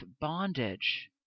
bondage